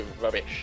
rubbish